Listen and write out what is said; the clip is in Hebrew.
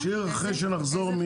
להשאיר אחרי שנחזור,